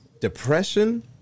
depression